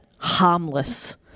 Harmless